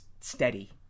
steady